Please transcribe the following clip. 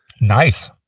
Nice